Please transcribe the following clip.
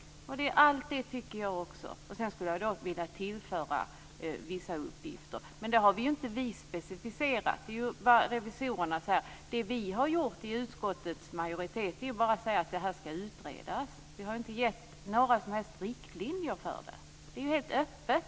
Allt detta instämmer jag i. Jag skulle också vilja tillföra vissa uppgifter, men dessa har vi inte specificerat. Vi i utskottets majoritet har bara sagt att det här ska utredas. Vi har inte gett några som helst riktlinjer för det, utan det är helt öppet.